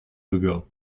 hugo